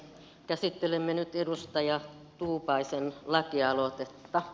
käsittelemme nyt edustaja tuupaisen lakialoitetta